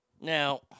Now